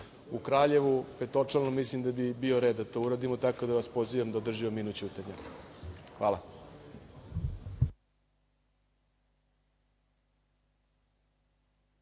u Kraljevu, petočlanu. Mislim da bi bio red da to uradimo, tako da vas pozivam da održimo minut ćutanja. Hvala.